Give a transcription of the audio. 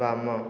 ବାମ